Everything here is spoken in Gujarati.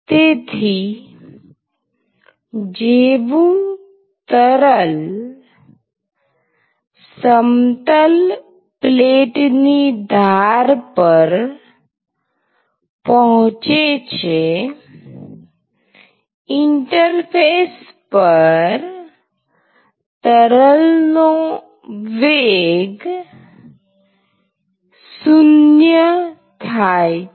તેથી જેવું તરલ સમતલ પ્લેટ ની ધાર પર પહોંચે છે ઇન્ટરફેસ પર તરલનો વેગ 0 થાય છે